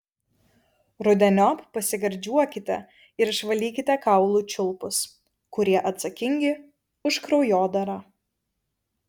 rudeniop pasigardžiuokite ir išvalykite kaulų čiulpus kurie atsakingi už kraujodarą